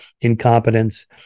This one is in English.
incompetence